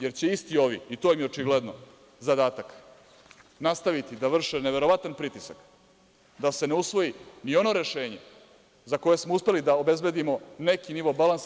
Zato što će isti ovi, i to im je očigledno zadatak, nastaviti da vrše neverovatan pritisak da se ne usvoji ni ono rešenje za koje smo uspeli da obezbedimo neki nivo balansa.